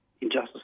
injustice